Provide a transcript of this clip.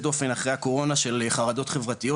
דופן אחרי הקורונה של חרדות חברתיות,